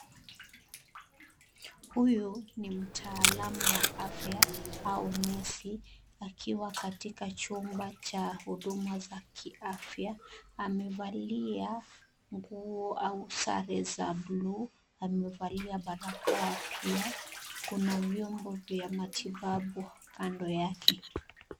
Huyu ni mtaalamu wa afya au nesi akiwa katika chumba cha huduma za kiafya. Amevalia nguo au sare za blue , amevalia barakoa pia. Kuna vyombo vya matibabu kando yake.